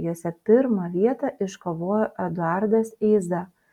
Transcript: jose pirmą vietą iškovojo eduardas eiza